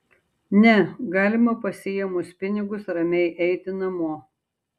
ne galima pasiėmus pinigus ramiai eiti namo